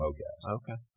Okay